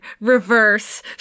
reverse